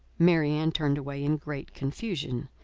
marianne turned away in great confusion.